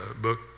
book